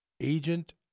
agent